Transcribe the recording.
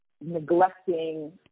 neglecting